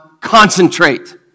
concentrate